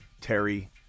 Terry